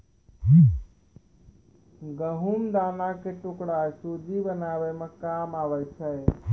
गहुँम दाना के टुकड़ा सुज्जी बनाबै मे काम आबै छै